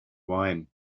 wine